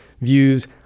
views